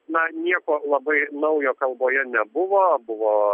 na nieko labai naujo kalboje nebuvo buvo